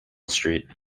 street